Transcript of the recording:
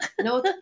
No